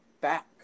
back